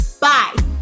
bye